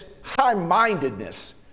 high-mindedness